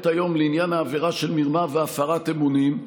היום לעניין העבירה של מרמה והפרת אמונים,